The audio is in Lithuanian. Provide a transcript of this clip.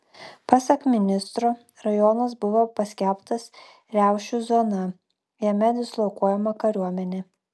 pasak ministro rajonas buvo paskelbtas riaušių zona jame dislokuojama kariuomenė